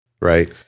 Right